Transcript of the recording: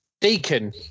Deacon